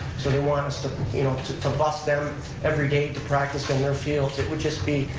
so they want us to, you know, to to bus them every day to practice on their field, it would just be,